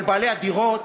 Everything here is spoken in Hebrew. על בעלי הדירות.